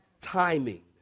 Timing